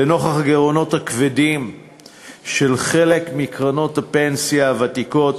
לנוכח הגירעונות הכבדים של חלק מקרנות הפנסיה הוותיקות,